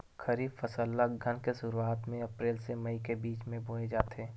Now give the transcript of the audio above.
खरीफ फसल ला अघ्घन के शुरुआत में, अप्रेल से मई के बिच में बोए जाथे